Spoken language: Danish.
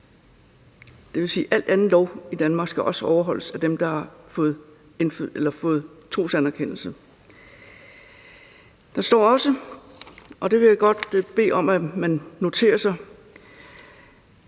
al anden lovgivning i Danmark skal overholdes af dem, der har fået trosanerkendelse. Der står også, og det vil jeg godt bede om at man noterer sig,